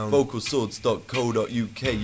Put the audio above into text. VocalSwords.co.uk